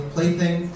Plaything